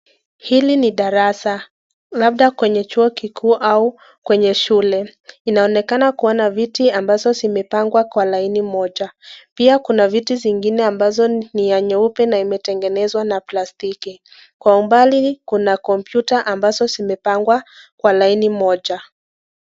Hili ni darasa labda kwenye chuo kikuu au kwenye shule ,inaonekana kuwa na viti ambazo zimepangwa kwa laini moja ,pia kuna viti zingine ambazo ni ya nyeupe na imetengenezwa na plastiki ,kwa umbali kuna (cs) computer (cs) ambazo zimepangwa kwa laini moja.